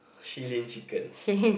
Shilin-Chicken